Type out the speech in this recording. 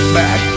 back